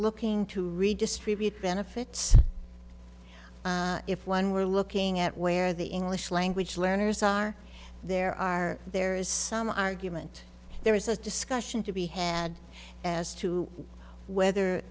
looking to redistribute benefits if one were looking at where the english language learners are there are there is some argument there is a discussion to be had as to whether